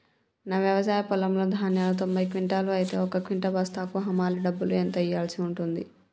నా వ్యవసాయ పొలంలో ధాన్యాలు తొంభై క్వింటాలు అయితే ఒక క్వింటా బస్తాకు హమాలీ డబ్బులు ఎంత ఇయ్యాల్సి ఉంటది?